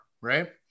right